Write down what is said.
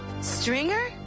Stringer